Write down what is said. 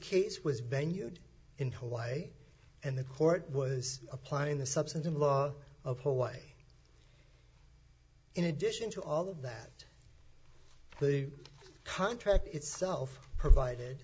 case was venue in hawaii and the court was applying the substantive law of hallway in addition to all of that the contract itself provided